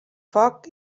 foc